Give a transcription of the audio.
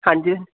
ਹਾਂਜੀ